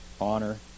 honor